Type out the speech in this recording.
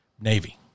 Navy